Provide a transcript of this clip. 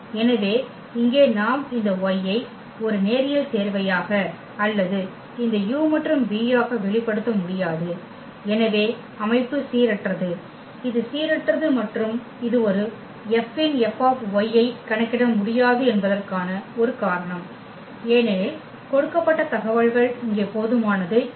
எனவே இங்கே நாம் இந்த y ஐ ஒரு நேரியல் சேர்வையாக அல்லது இந்த u மற்றும் v ஆக வெளிப்படுத்த முடியாது எனவே அமைப்பு சீரற்றது இது சீரற்றது மற்றும் இது ஒரு F இன் F ஐ கணக்கிட முடியாது என்பதற்கான ஒரு காரணம் ஏனெனில் கொடுக்கப்பட்ட தகவல்கள் இங்கே போதுமானது இல்லை